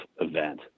event